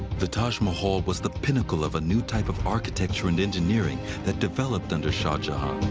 the taj mahal was the pinnacle of a new type of architecture and engineering that developed under shah jahan.